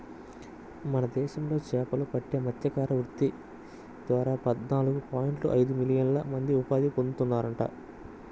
మన దేశంలో చేపలు పట్టే మత్స్యకార వృత్తి ద్వారా పద్నాలుగు పాయింట్ ఐదు మిలియన్ల మంది ఉపాధి పొందుతున్నారంట